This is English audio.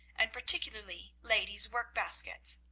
and particularly lady's work-baskets.